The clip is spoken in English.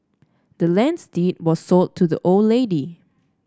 the land's deed were sold to the old lady